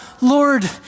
Lord